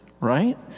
right